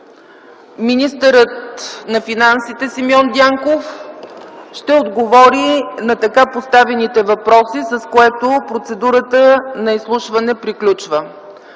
министърът на финансите Симеон Дянков ще отговори на така поставените въпроси, с което процедурата на изслушване приключва.